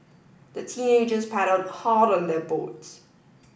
the teenagers paddled hard on their boat